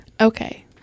Okay